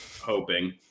hoping